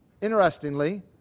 Interestingly